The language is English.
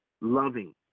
loving